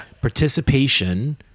participation